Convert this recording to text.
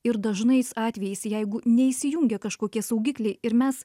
ir dažnais atvejais jeigu neįsijungia kažkokie saugikliai ir mes